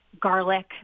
garlic